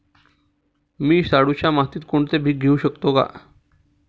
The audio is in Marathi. मी शाडूच्या मातीत कोणते पीक घेवू शकतो?